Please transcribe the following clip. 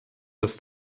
dass